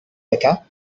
becca